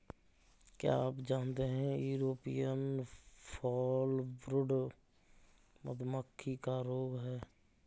क्या आप जानते है यूरोपियन फॉलब्रूड मधुमक्खी का रोग है?